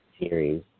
series